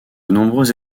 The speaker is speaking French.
nombreuses